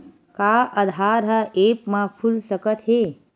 का आधार ह ऐप म खुल सकत हे?